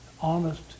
honest